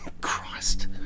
Christ